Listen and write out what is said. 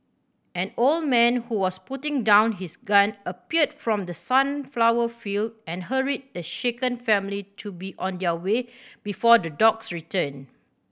an old man who was putting down his gun appeared from the sunflower field and hurried the shaken family to be on their way before the dogs return